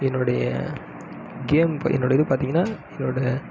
என்னுடைய கேம் இப்போது என்னோட இது பார்த்தீங்கனா என்னோட